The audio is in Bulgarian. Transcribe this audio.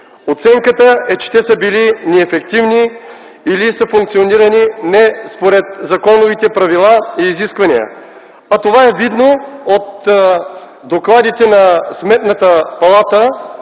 Оценката е, че те са били неефективни или са функционирали не според законовите правила и изисквания. Това е видно от докладите, от одитите на Сметната палата,